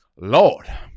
Lord